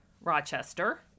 Rochester